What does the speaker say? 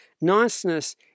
Niceness